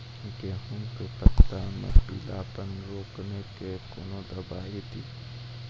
गेहूँ के पत्तों मे पीलापन रोकने के कौन दवाई दी?